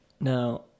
now